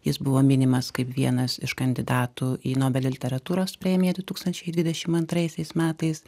jis buvo minimas kaip vienas iš kandidatų į nobelio literatūros premiją du tūkstančiai dvidešim antraisiais metais